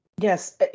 Yes